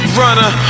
runner